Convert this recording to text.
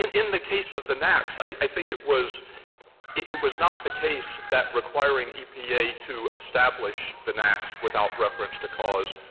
in in the case of the naaqs i think it was it was not the case that requiring epa to establish the naaqs without reference to cause